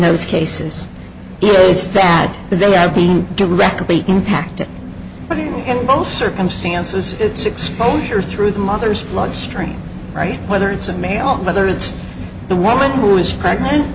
those cases is that they are being directly impacted and both circumstances it's exposure through the mother's bloodstream right whether it's a male whether it's the woman who is pregnant